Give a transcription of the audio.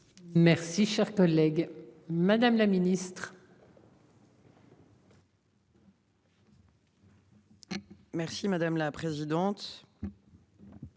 Merci cher collègue. Madame la Ministre. Merci madame la présidente.